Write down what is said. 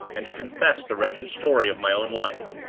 and to confess the wretched story of my own life.